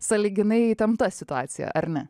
sąlyginai įtempta situacija ar ne